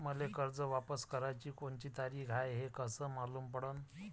मले कर्ज वापस कराची कोनची तारीख हाय हे कस मालूम पडनं?